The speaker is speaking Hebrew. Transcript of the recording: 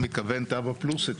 אתה מתכוון תב"ע פלוס היתר?